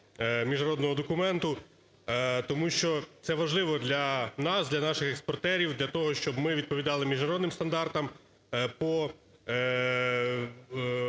міжнародного документу. Тому що це важливо для нас, для наших експортерів, для того, щоб ми відповідали міжнародним стандартам по